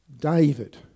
David